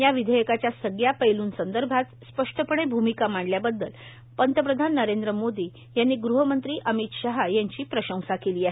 या विधेयकाच्या सगळ्या पैल्संदर्भात स्पष्टपणे भूमिका मांडल्याबददल प्रधानमंत्री नरेंद्र मोदी यांनी गृहमंत्री अमित शाह यांची प्रशंसा केली आहे